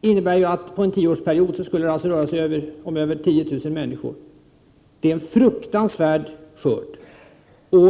innebär att det under en tioårsperiod rör sig om över 10 000 människor. Det är en fruktansvärd skörd.